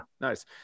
Nice